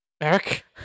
eric